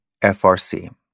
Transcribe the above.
FRC